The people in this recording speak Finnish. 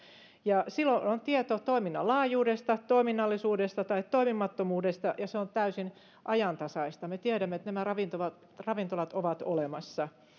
ja silloin on tieto toiminnan laajuudesta toiminnallisuudesta tai toimimattomuudesta ja se on täysin ajantasaista me tiedämme että nämä ravintolat ravintolat ovat olemassa